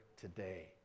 today